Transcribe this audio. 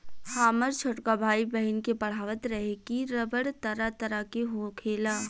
हामर छोटका भाई, बहिन के पढ़ावत रहे की रबड़ तरह तरह के होखेला